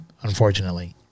Unfortunately